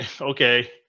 okay